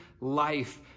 life